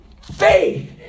faith